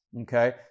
Okay